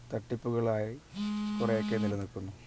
തട്ടിപ്പുകളായി കുറേയൊക്കെ നില നിൽക്കുന്നു